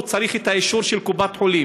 הוא צריך את האישור של קופת-חולים,